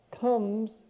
comes